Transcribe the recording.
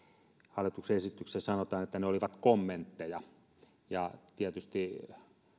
hallituksen esityksessä sanotaan ne olivat kommentteja ja tietysti